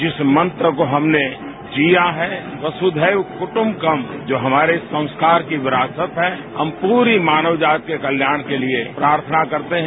जिस मंत्र को हमने जिया है वसुधैव कुट्म्बकम जो हमारे संस्कार की विरासत है हम पूरी मानव जाति के कल्याण के लिए प्रार्थना करते हैं